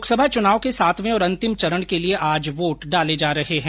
लोकसभा चुनाव के सातवें और अंतिम चरण के लिये आज वोट डाले जा रहे हैं